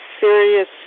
Serious